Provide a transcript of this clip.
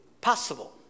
possible